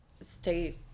stay